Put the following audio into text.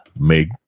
make